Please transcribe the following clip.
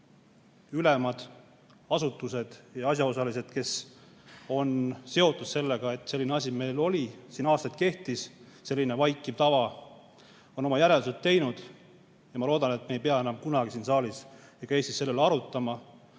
need ülemad, asutused ja muud asjaosalised, kes on seotud sellega, et selline asi meil siin aastaid kehtis, selline vaikiv tava, on oma järeldused teinud. Ma loodan, et me ei pea enam kunagi siin saalis ega mujal Eestis selle üle arutama